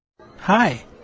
Hi